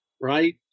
right